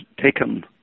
taken